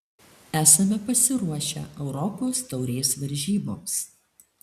esame pasiruošę europos taurės varžyboms